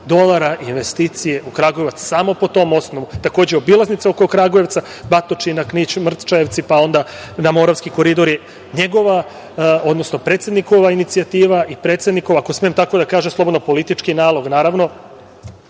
dolara investicije u Kragujevac, samo po tom osnovu. Takođe, obilaznice oko Kragujevca, Batočina, Knić, Mrčajevci, pa onda Moravski koridor je njegova, odnosno predsednikova inicijativa, predsednikov, ako smem tako da kažem slobodno, politički nalog, naravno,